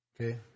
Okay